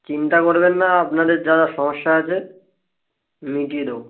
চিন্তা করবেন না আপনাদের যা যা সমস্যা আছে মিটিয়ে দেবো